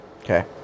Okay